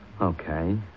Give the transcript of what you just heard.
Okay